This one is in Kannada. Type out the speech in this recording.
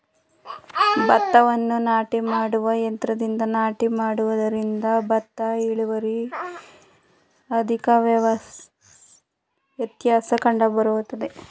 ಭತ್ತವನ್ನು ನಾಟಿ ಮಾಡುವ ಯಂತ್ರದಿಂದ ನಾಟಿ ಮಾಡುವುದರಿಂದ ಭತ್ತದ ಇಳುವರಿಯಲ್ಲಿ ಅಧಿಕ ವ್ಯತ್ಯಾಸ ಕಂಡುಬರುವುದೇ?